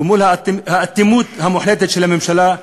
מול האטימות המוחלטת של הממשלה,